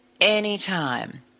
anytime